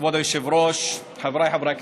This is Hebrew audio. כבוד היושב-ראש, חבריי חברי הכנסת,